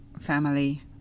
family